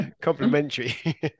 Complimentary